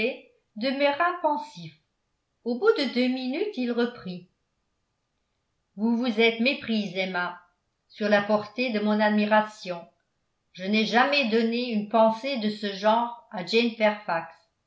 knightley demeura pensif au bout de deux minutes il reprit vous vous êtes méprise emma sur la portée de mon admiration je n'ai jamais donné une pensée de ce genre à jane